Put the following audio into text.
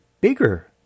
bigger